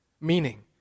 Meaning